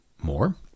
more